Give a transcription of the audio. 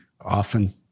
often